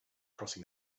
crossing